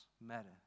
matter